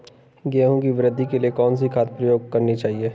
गेहूँ की वृद्धि के लिए कौनसी खाद प्रयोग करनी चाहिए?